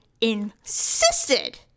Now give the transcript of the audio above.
insisted